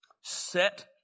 Set